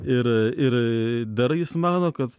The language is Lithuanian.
ir ir dar jis mano kad